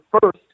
first